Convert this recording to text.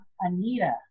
Anita